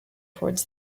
towards